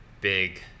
big